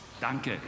Danke